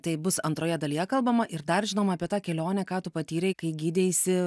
tai bus antroje dalyje kalbama ir dar žinoma apie tą kelionę ką tu patyrei kai gydeisi